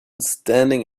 standing